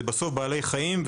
זה בסוף בעלי חיים.